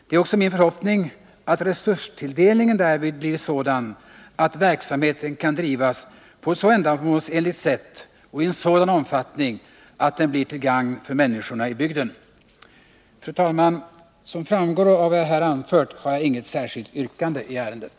Det är också min förhoppning att resurstilldelningen därvid blir sådan, att verksamheten kan drivas på ett så ändamålsenligt sätt och i en sådan omfattning, att den blir till gagn för människorna i bygden. Fru talman! Som framgår av vad jag här anfört har jag inget särskilt yrkande i ärendet.